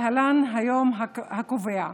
היום הקובע,